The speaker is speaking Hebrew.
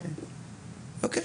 אוקיי.